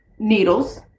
needles